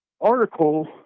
article